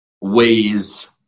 ways